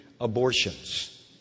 abortions